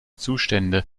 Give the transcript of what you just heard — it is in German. zustände